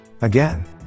Again